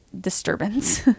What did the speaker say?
disturbance